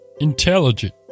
intelligent